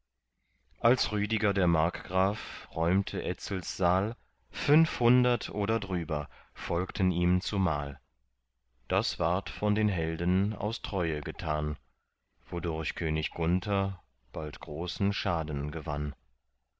als rüdiger der markgraf räumte etzels saal fünfhundert oder drüber folgten ihm zumal das ward von den helden aus treue getan wodurch könig gunther bald großen schaden gewann